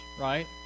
right